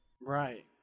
Right